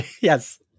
Yes